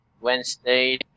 Wednesday